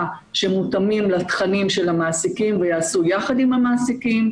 שמותאמים לתכנים של המעסיקים וייעשו יחד עם המעסיקים,